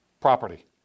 property